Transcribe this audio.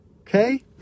Okay